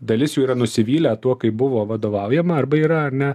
dalis jų yra nusivylę tuo kaip buvo vadovaujama arba yra ar ne